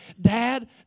Dad